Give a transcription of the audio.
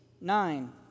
nine